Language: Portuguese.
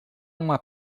uma